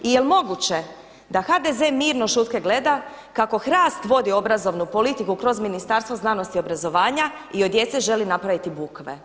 I jel' moguće da HDZ-e mirno šutke gleda kako Hrast vodi obrazovnu politiku kroz Ministarstvo znanosti i obrazovanja i od djece želi napraviti bukve?